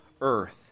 earth